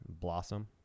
Blossom